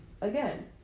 again